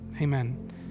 amen